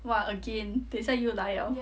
!wah! again 等一下又来了